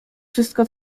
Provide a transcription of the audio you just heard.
wszystko